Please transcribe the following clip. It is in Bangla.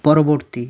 পরবর্তী